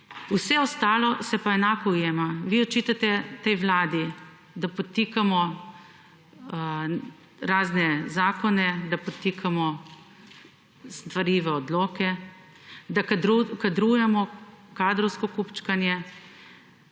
Vse ostalo se pa enako ujema. Vi očitate tej Vladi, da podtikamo razne zakone, da potikamo stvari v odloke, da kadrujemo, kadrovsko kupčkanje,